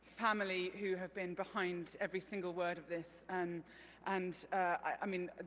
family, who have been behind every single word of this. and and i mean,